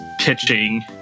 pitching